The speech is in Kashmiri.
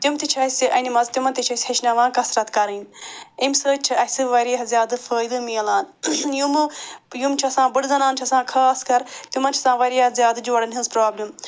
تِم تہِ چھِ اَسہِ اَنہِ مَژٕ تِمَن تہِ چھِ أسۍ ہیٚچھناوان کثرت کرٕنۍ اَمہِ سۭتۍ چھِ اَسہِ واریاہ زیادٕ فٲیدٕ مِلان یِمو یِم چھِ آسان بٕڑٕ زنانہِ چھِ آسان خاص کر تِمَن چھِ آسان واریاہ زیادٕ جوڑَن ہِنٛز پرٛابلِم